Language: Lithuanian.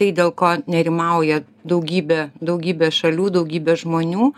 tai dėl ko nerimauja daugybė daugybė šalių daugybė žmonių